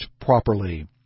properly